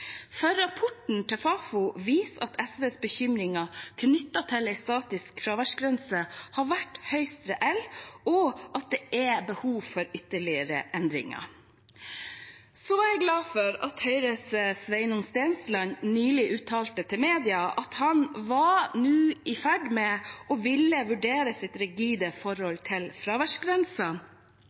viser at SVs bekymringer knyttet til en statisk fraværsgrense har vært høyst reell, og at det er behov for ytterligere endringer. Jeg er glad for at Høyres Sveinung Stensland nylig uttalte til media at han nå var i ferd med å ville vurdere sitt rigide forhold til